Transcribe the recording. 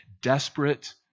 Desperate